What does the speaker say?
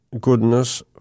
goodness